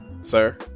sir